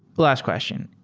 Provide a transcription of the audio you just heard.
last question.